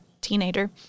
teenager